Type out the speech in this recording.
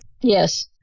yes